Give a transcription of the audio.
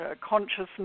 consciousness